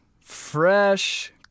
Fresh